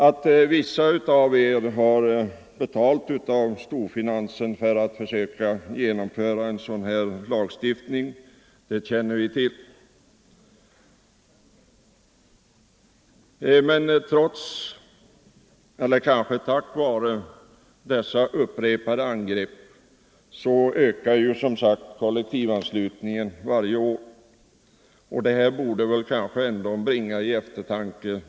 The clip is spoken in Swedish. Att vissa av er har betalt av storfinansen för att försöka genomföra en sådan lagstiftning känner vi till. Men trots — eller kanske tack vare —- de upprepade angreppen ökar som sagt kollektivanslutningen varje år. Det borde kanske ändå kunna bringa till någon eftertanke.